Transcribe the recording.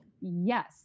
yes